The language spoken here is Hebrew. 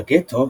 בגטו,